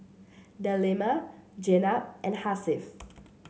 Delima Jenab and Hasif